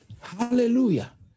Hallelujah